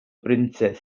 princess